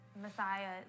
Messiah